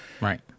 Right